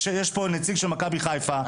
יש פה נציג של מכבי חיפה,